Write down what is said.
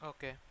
Okay